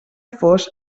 fos